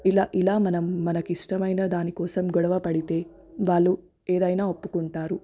ఇలా ఇలా మనం మనకిష్టమైన దానికోసం గొడవపడితే వాళ్ళు ఏదైనా ఒప్పుకుంటారు